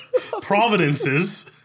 providences